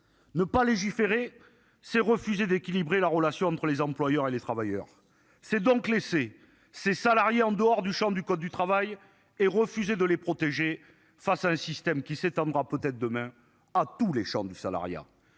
Ne pas légiférer, c'est refuser d'équilibrer la relation entre les employeurs et les travailleurs. C'est donc laisser ses salariés en dehors du Champ du code du travail et refusé de les protéger face à un système qui s'étendra peut-être demain à tous les champs du salariat.